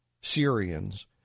Syrians